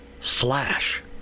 slash